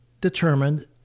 determined